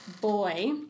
Boy